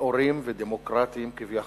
נאורים ודמוקרטיים כביכול.